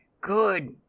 Good